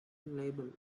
label